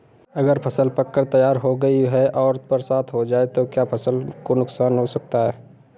अगर फसल पक कर तैयार हो गई है और बरसात हो जाए तो क्या फसल को नुकसान हो सकता है?